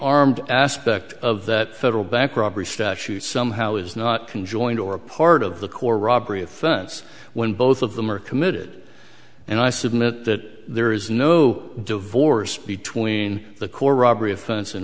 armed aspect of that federal bank robbery statute somehow is not can join or a part of the core robbery offense when both of them are committed and i submit that there is no divorce between the core robbery offense in